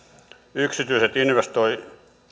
yksityiset investoinnit